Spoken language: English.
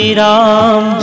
Ram